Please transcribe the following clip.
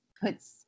puts